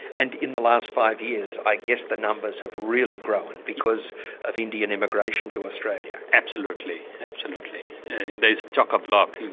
and in the last five years i guess the numbers have really grown because of indian immigration to australia? absolutely. absolutely and there's chock a block.